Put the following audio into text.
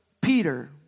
Peter